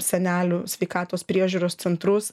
senelių sveikatos priežiūros centrus